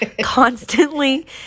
constantly